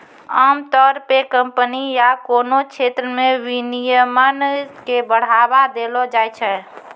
आमतौर पे कम्पनी या कोनो क्षेत्र मे विनियमन के बढ़ावा देलो जाय छै